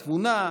התבונה,